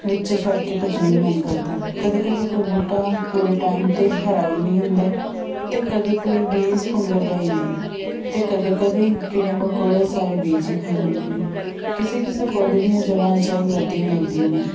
ਵਿੱਚੇ ਛੱਡ ਕੇ ਭੱਜਣ ਨੂੰ ਮਨ ਕਰਦਾ ਕਦੇ ਕਦੇ ਕੋਈ ਬੂਟਾ ਪੂਰੇ ਟਾਈਮ 'ਤੇ ਹਰਾ ਹੀ ਨਹੀਂ ਹੁੰਦਾ ਅਤੇ ਕਦੇ ਕੋਈ ਬੀਜ ਪੁੰਗਰਦਾ ਹੀ ਨਹੀਂ ਅਤੇ ਕਦੇ ਕਦੇ ਕੀੜੇ ਮਕੌੜੇ ਸਾਰੇ ਬੀਜ ਹੀ ਖਾ ਜਾਂਦੇ ਨੇ ਕਿਸੇ ਕਿਸੇ ਪੌਦੇ ਦੀਆਂ ਜੜਾਂ ਅਚਾਈ ਵੱਧਦੀਆਂ ਲੱਗਦੀਆਂ ਨੇ